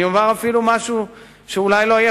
אני אומר אפילו משהו שאולי לא יהיה